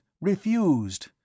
refused